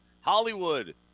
Hollywood